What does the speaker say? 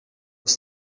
was